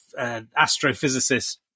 astrophysicist